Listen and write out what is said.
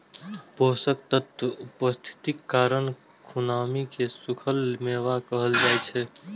पोषक तत्वक उपस्थितिक कारण खुबानी कें सूखल मेवा कहल जाइ छै